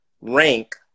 rank